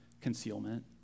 concealment